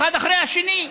אחד אחרי השני.